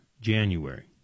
January